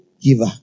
giver